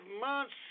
months